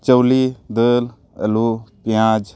ᱪᱟᱣᱞᱮ ᱫᱟᱹᱞ ᱟᱹᱞᱩ ᱯᱮᱸᱭᱟᱡᱽ